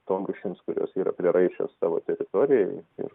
tom rūšims kurios yra prieraišios savo teritorijai ir